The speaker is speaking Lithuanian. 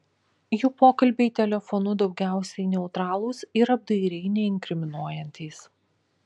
jų pokalbiai telefonu daugiausiai neutralūs ir apdairiai neinkriminuojantys